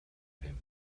him